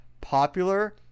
popular